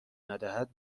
ندهد